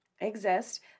exist